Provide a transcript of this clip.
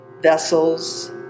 vessels